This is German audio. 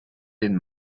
den